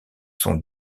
sont